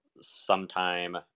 sometime